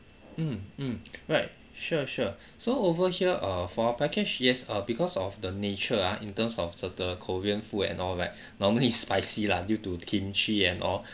mm mm right sure sure so over here err for our package yes uh because of the nature ah in terms of the the korean food and all right normally is spicy lah due to kimchi and all